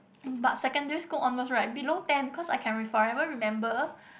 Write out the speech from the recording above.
but secondary school onwards right below ten cause I can forever remember